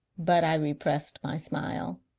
but i repressed my smile.